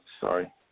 sorry